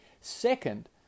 Second